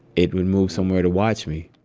it would move somewhere to watch me.